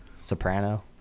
soprano